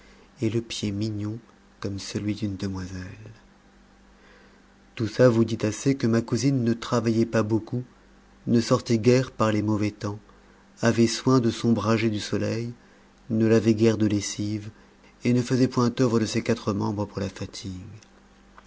et le pied mignon comme celui d'une demoiselle tout ça vous dit assez que ma cousine ne travaillait pas beaucoup ne sortait guère par les mauvais temps avait soin de s'ombrager du soleil ne lavait guère de lessives et ne faisait point oeuvre de ses quatre membres pour la fatigue